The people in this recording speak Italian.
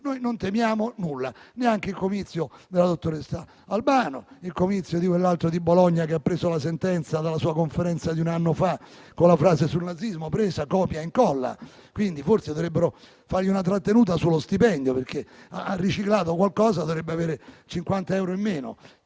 non temiamo nulla, neanche il comizio della dottoressa Albano o il comizio di quell'altro di Bologna che ha preso la sentenza dalla sua conferenza di un anno fa con la frase sul nazismo e ha fatto copia e incolla. Forse dovrebbero fargli una trattenuta sullo stipendio. Ha riciclato qualcosa e dovrebbe avere 50 euro in meno.